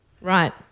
Right